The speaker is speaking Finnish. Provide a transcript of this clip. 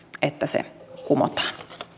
kumotaan